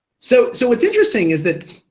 so so what's interesting is that